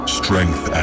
strength